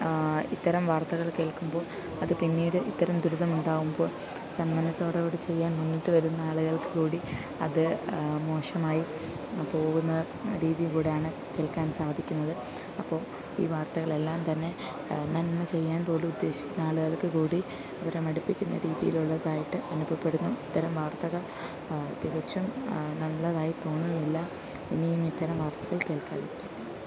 ഇത്തരം വാര്ത്തകള് കേള്ക്കുമ്പോൾ അത് പിന്നീട് ഇത്തരം ദുരിതമുണ്ടാവുമ്പോള് സന്മനസ്സോടെ കൂടെ ചെയ്യാന് മുന്നിട്ട് വരുന്ന ആളുകള്ക്ക് കൂടി അത് മോശമായി പോവുന്ന രീതി കൂടെയാണ് കേള്ക്കാന് സാധിക്കുന്നത് അപ്പോൾ ഈ വാര്ത്തകളെല്ലാം തന്നെ നന്മ ചെയ്യാന് പോലും ഉദേശിക്കുന്ന ആളുകള്ക്ക് കൂടി ഇവരെ മടുപ്പിക്കുന്ന രീതിയിലുള്ളതായിട്ട് അനുഭവപ്പെടുന്നു ഇത്തരം വാര്ത്തകള് തികച്ചും നല്ലതായി തോന്നുന്നില്ല ഇനിയും ഇത്തരം വാര്ത്തകള് കേള്ക്കാതിരിക്കട്ടെ